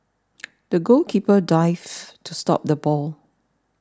the goalkeeper dived to stop the ball